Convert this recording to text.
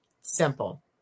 Simple